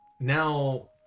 now